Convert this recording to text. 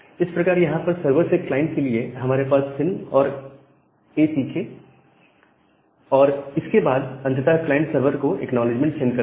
इस प्रकार यहां पर सर्वर से क्लाइंट के लिए हमारे पास SYN और ACK है और इसके बाद अंततः क्लाइंट सर्वर को एक्नॉलेजमेंट सेंड करता है